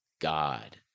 God